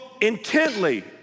intently